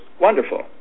wonderful